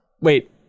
Wait